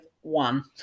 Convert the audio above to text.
one